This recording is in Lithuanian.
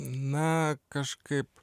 na kažkaip